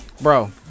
Bro